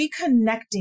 reconnecting